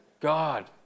God